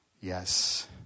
Yes